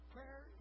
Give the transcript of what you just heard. Prayer